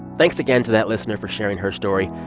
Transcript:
thanks again to that listener for sharing her story.